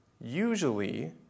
Usually